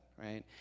right